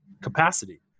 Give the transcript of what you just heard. capacity